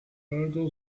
article